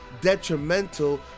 detrimental